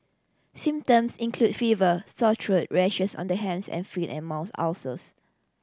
symptoms include fever sore throat rashes on the hands and feet and mouth ulcers